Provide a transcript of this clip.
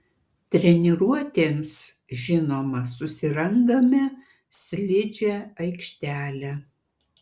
treniruotėms žinoma susirandame slidžią aikštelę